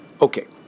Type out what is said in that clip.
Okay